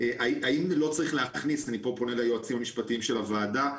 ואני פה פונה ליועצים המשפטיים של הוועדה,